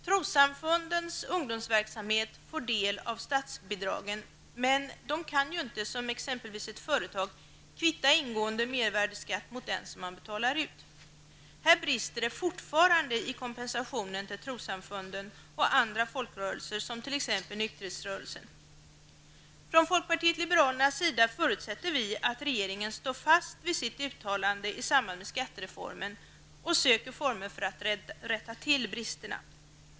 Trossamfundens ungdomsverksamhet får del av statsbidragen, men de kan ju inte, som exempelvis ett företag, kvitta ingående mervärdeskatt mot den som betalas ut. Här brister det fortfarande i kompensationen till trossamfunden och andra folkrörelser som t.ex. Från folkpartiet liberalernas sida förutsätter vi att regeringen står fast vid sitt uttalande i samband med skattereformen och söker former för att rätta till bristerna.